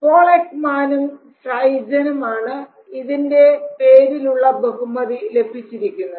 Paul എക്മാനും ഫ്രൈസനും ആണ് ഇതിൻറെ പേരിൽ ഉള്ള ബഹുമതി ലഭിച്ചിരിക്കുന്നത്